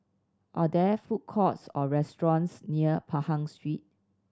are there food courts or restaurants near Pahang Street